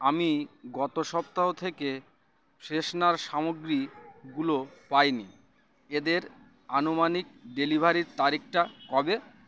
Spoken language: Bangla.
আমি গত সপ্তাহ থেকে ফ্রেশনার সামগ্রীগুলো পাইনি এদের আনুমানিক ডেলিভারির তারিখটা কবে